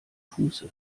fuße